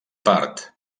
part